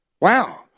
Wow